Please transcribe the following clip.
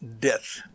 Death